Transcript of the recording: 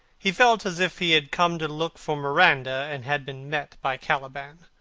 he felt as if he had come to look for miranda and had been met by caliban.